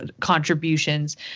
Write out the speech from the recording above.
contributions